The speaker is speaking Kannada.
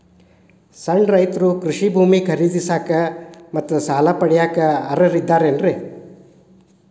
ಸಣ್ಣ ರೈತರು ಕೃಷಿ ಭೂಮಿ ಖರೇದಿಸಾಕ, ಸಾಲ ಪಡಿಯಾಕ ಅರ್ಹರಿದ್ದಾರೇನ್ರಿ?